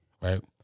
right